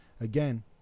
again